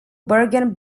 bergen